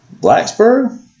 Blacksburg